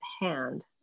hand